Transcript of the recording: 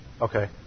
Okay